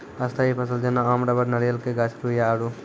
स्थायी फसल जेना आम रबड़ नारियल के गाछ रुइया आरु